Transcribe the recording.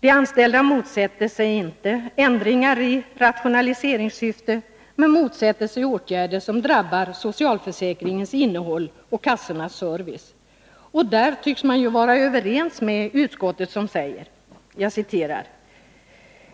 De anställda motsätter sig inte ändringar i rationaliseringssyfte, men de motsätter sig åtgärder som drabbar socialförsäkringens innehåll och kassornas service. Där tycks man vara överens med utskottet, som säger: